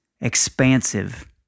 expansive